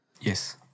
Yes